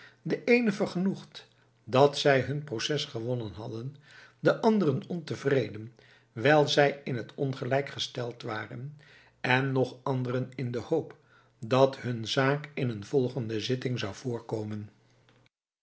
de eenen vergenoegd dat zij hun proces gewonnen hadden de anderen ontevreden wijl zij in t ongelijk gesteld waren en nog anderen in de hoop dat hun zaak in een volgende zitting zou voorkomen